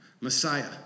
Messiah